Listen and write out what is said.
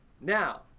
Now